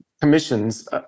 commissions